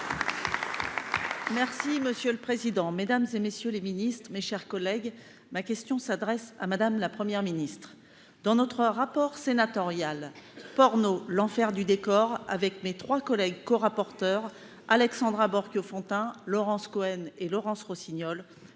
Merci monsieur le président, Mesdames et messieurs les ministres, mes chers collègues, ma question s'adresse à Madame la première ministre dans notre rapport sénatorial porno l'enfer du décor avec mes 3 collègues corapporteur Alexandra Borchio Fontin Laurence Cohen et Laurence Rossignol